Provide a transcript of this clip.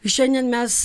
šiandien mes